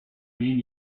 mean